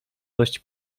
dość